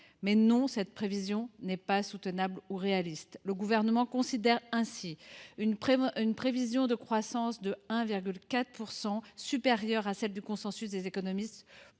Mais non, cette prévision n’est pas soutenable ou réaliste. Le Gouvernement considère ainsi une prévision de croissance de 1,4 %, supérieure à celle du consensus des économistes établie